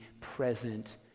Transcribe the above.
present